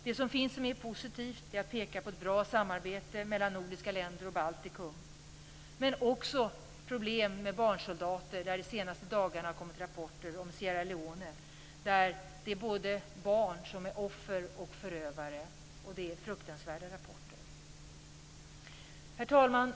Det som finns som är positivt är ett bra samarbete mellan nordiska länder och Baltikum. Men det finns också problem med barnsoldater. De senaste dagarna har det kommit rapporter om Sierra Leone, där det är barn som är både offer och förövare. Det är fruktansvärda rapporter. Herr talman!